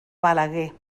balaguer